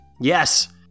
yes